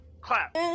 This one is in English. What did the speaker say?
clap